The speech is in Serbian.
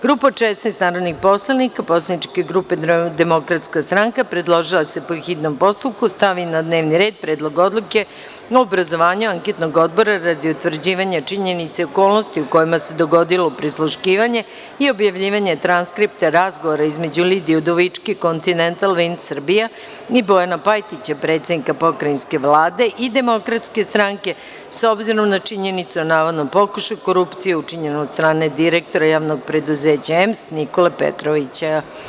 Grupa od 16 narodnih poslanika Poslaničke grupe DS, predložila je da se po hitnom postupku stavi na dnevni red Predlog Odluke o obrazovanju anketnog odbora radi utvrđivanja činjenice okolnosti u kojima se dogodilo prisluškivanje i objavljivanje transkripta razgovora između Lidije Udovički i „Kontinental vind Srbija“ i Bojana Pajtića, predsednika Pokrajinske vlade i Demokratske stranke, s obzirom na činjenicu o navodnom pokušaju korupcije učinjenom od strane direktoraJP „EMS“ Nikole Petrovića.